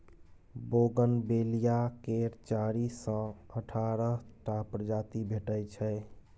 bougainvillea केर चारि सँ अठारह टा प्रजाति भेटै छै